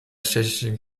tschechischen